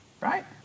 right